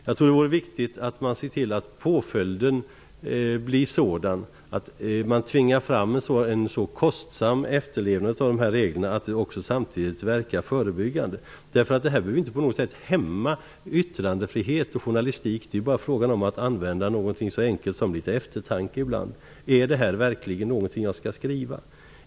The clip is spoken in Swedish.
Jag tror att det är viktigt att man tvingar fram en påföljd som blir så kostsam att den samtidigt verkar förebyggande. Det här behöver inte på något sätt hämma yttrandefrihet och journalistik. Det är bara fråga om att använda någonting så enkelt som litet eftertanke ibland: Är det här verkligen någonting jag skall skriva?